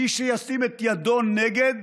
מי שישים את ידו נגד,